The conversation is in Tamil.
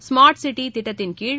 ஸ்மார்ட் சிட்டி திட்டத்தின் கீழ்